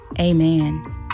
amen